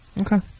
Okay